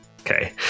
Okay